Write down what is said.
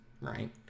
right